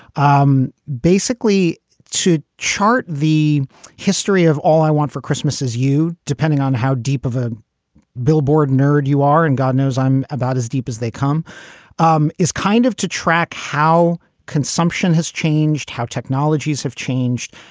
um basically to chart the history of all i want for christmas is you. depending on how deep of a billboard nerd you are and god knows i'm about as deep as they come um is kind of to track how consumption has changed, how technologies have changed.